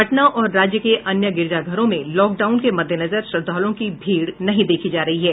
पटना और राज्य के अन्य गिरजाघरों में लॉकडाउन के मद्देनजर श्रद्वालुओं की भीड़ नहीं देखी जा रही है